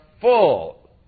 full